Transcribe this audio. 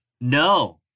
no